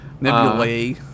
Nebulae